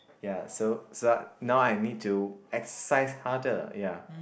ya so so now I need to exercise harder ya